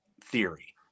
theory